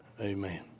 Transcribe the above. Amen